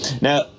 Now